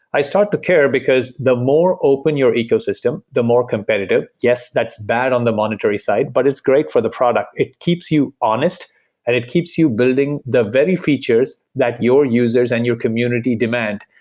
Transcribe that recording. i start to care because the more open your ecosystem, the more competitive. yes, that's bad on the monetary side, but it's great for the product. it keeps you honest and it keeps you building the very features that your users and your community demand.